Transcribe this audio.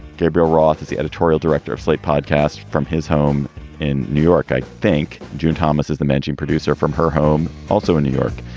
gabriel roth is the editorial director of slate podcasts from his home in new york. i think june thomas is the managing producer from her home also in new york.